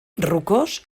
rocós